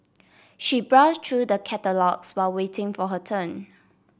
she browse through the catalogues while waiting for her turn